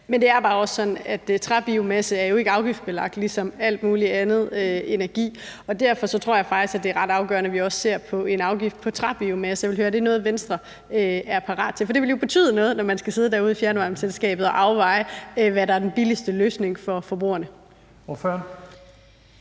Men det er bare også sådan, at træbiomasse ikke er afgiftsbelagt ligesom alle mulige andre energikilder, og derfor tror jeg faktisk, at det er ret afgørende, at vi også ser på en afgift på træbiomasse. Jeg vil høre: Er det noget, Venstre er parat til? For det vil jo betyde noget, når man skal sidde derude i fjernvarmeselskabet og afveje, hvad der er den billigste løsning for forbrugerne. Kl.